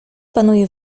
panuje